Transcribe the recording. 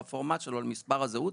בפורמט שלו למספר הזהות,